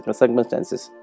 circumstances